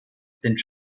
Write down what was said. sind